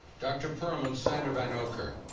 dr. pearlman, sander vanocur.